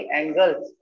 angles